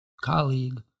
colleague